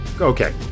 Okay